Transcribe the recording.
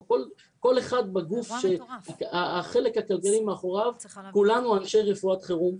כל אחד והגוף --- כולנו אנשי רפואת חירום,